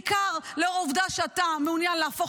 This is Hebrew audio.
בעיקר לאור העובדה שאתה מעוניין להפוך